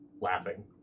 laughing